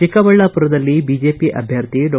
ಚಿಕ್ಕಬಳ್ದಾಪುರದಲ್ಲಿ BJP ಅಭ್ಯರ್ಥಿ ಡಾ